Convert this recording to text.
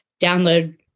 download